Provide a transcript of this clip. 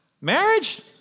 marriage